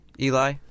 Eli